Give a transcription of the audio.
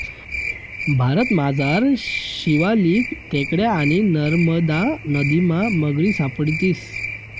भारतमझार शिवालिक टेकड्या आणि नरमदा नदीमा मगरी सापडतीस